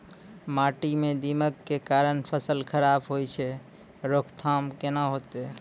माटी म दीमक के कारण फसल खराब होय छै, रोकथाम केना होतै?